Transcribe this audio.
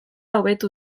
hobetu